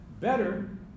Better